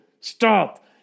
Stop